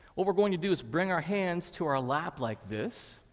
what we're going to do is bring our hands to our lap like this.